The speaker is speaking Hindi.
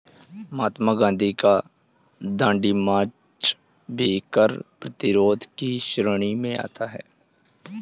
महात्मा गांधी का दांडी मार्च भी कर प्रतिरोध की श्रेणी में आता है